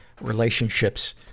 relationships